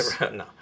No